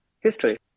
history